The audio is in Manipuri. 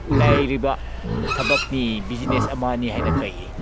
ꯂꯩꯔꯤꯕ ꯊꯕꯛꯅꯤ ꯕ꯭ꯌꯨꯖꯤꯅꯦꯁ ꯑꯃꯅꯤ ꯍꯥꯏꯅ ꯇꯥꯏꯌꯦ